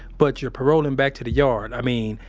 but you're paroling back to the yard. i mean,